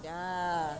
ya